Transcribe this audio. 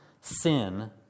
sin